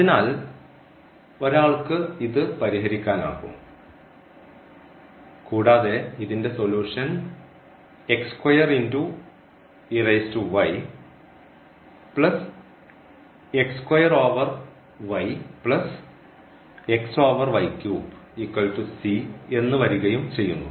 അതിനാൽ ഒരാൾക്ക് ഇത് പരിഹരിക്കാനാകും കൂടാതെ ഇതിൻറെ സൊല്യൂഷൻ എന്ന് വരികയും ചെയ്യുന്നു